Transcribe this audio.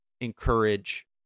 encourage